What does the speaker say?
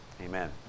Amen